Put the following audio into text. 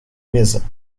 mesa